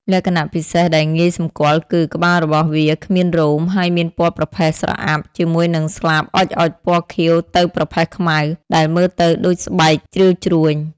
លក្ខណៈពិសេសដែលងាយសម្គាល់គឺ ក្បាលរបស់វាគ្មានរោម ហើយមានពណ៌ប្រផេះស្រអាប់ ជាមួយនឹងស្នាមអុចៗពណ៌ខៀវទៅប្រផេះខ្មៅ ដែលមើលទៅដូចស្បែកជ្រីវជ្រួញ។